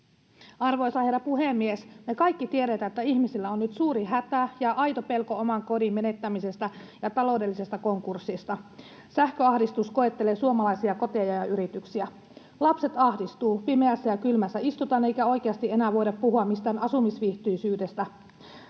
Arvoisa herra puhemies! Me kaikki tiedetään, että ihmisillä on nyt suuri hätä ja aito pelko oman kodin menettämisestä ja taloudellisesta konkurssista. Sähköahdistus koettelee suomalaisia koteja ja yrityksiä. Lapset ahdistuvat, pimeässä ja kylmässä istutaan eikä oikeasti enää voida puhua mistään asumisviihtyisyydestä.